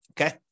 Okay